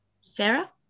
Sarah